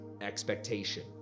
expectation